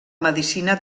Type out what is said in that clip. medicina